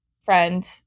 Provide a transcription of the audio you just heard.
friend